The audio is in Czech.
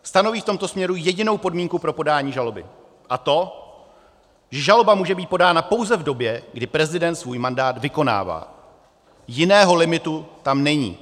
Stanoví v tomto směru jedinou podmínku pro podání žaloby, a to, že žaloba může být podána pouze v době, kdy prezident svůj mandát vykonává, jiného limitu tam není.